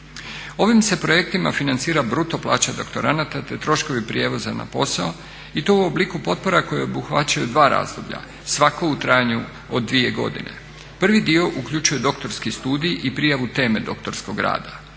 Ovim se projektima financira bruto plaća doktoranata te troškovi prijevoza na posao i to u obliku potpora koje obuhvaćaju dva razdoblja, svako u trajanju od 2 godine. Prvi dio uključuje doktorski studij i prijavu teme doktorskog rada,